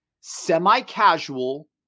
semi-casual